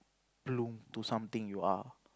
bloom to something you are